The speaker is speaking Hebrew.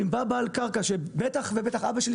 אם בא בעל קרקע שבטח ובטח אבא שלי,